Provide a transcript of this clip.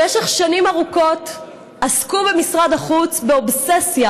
במשך שנים ארוכות עסקו במשרד החוץ באובססיה